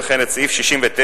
וכן את סעיף 69,